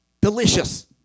delicious